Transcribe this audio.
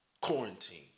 Quarantine